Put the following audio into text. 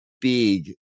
big